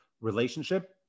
relationship